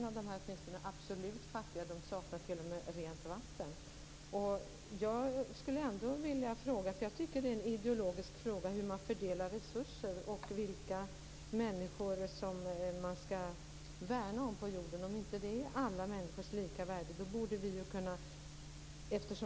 Jag hoppas verkligen att de rika personer som Lena Klevenås nämnde rannsakar sitt hjärta och gör vad de kan. Jag vill inte sätta mig till doms över dem, med det är oerhört väsentligt att alla tar sitt personliga ansvar.